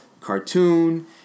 cartoon